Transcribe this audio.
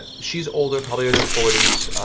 she's older, probably in her forties,